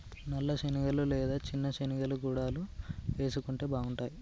నల్ల శనగలు లేదా చిన్న శెనిగలు గుడాలు వేసుకుంటే బాగుంటాయ్